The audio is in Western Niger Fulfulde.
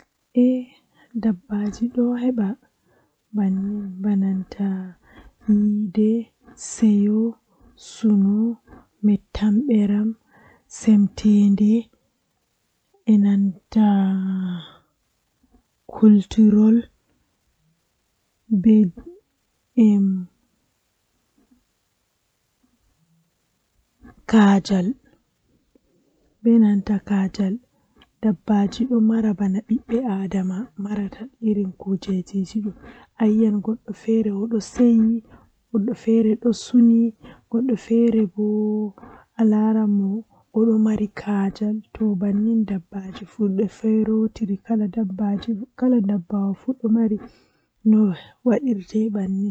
Ndikka mi huwi nde gotel awa sappo e joye haa nyalande ngam bone ngam bone man pat jei wakkati goyel on mi hawra mi huwa wakkati man tan tomi dilloto mi metata lorugo sei asaweere feere nyalandeeji ko lutti do fuu midon siwto amma to mivi mi huwan kala nde weeti fuu bone man duddum